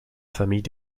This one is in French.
famille